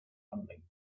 rumbling